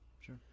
sure